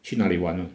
去哪里玩 mah